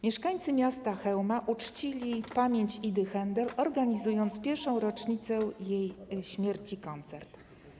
Mieszkańcy miasta Chełma uczcili pamięć Idy Haendel, organizując w pierwszą rocznicę jej śmierci koncert.